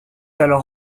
alors